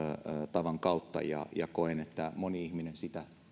tavan kautta koen että moni ihminen sitä